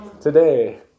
Today